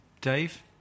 Dave